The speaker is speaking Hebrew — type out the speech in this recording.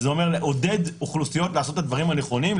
שזה אומר לעודד אוכלוסיות לעשות את הדברים הנכונים,